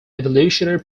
evolutionary